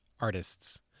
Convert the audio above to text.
Artists